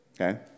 Okay